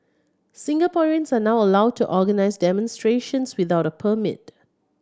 Singaporeans are now allowed to organise demonstrations without a permit